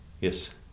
Yes